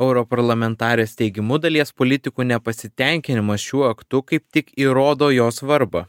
europarlamentarės teigimu dalies politikų nepasitenkinimas šiuo aktu kaip tik įrodo jo svarbą